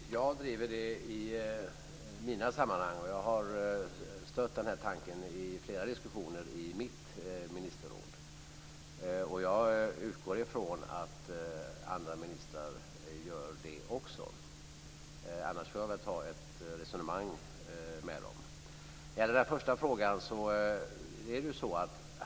Fru talman! Jag driver frågan i mina sammanhang. Jag har stött tanken i flera diskussioner i mitt ministerråd. Jag utgår från att andra ministrar gör det också. Annars får jag väl ha ett resonemang med dem.